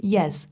Yes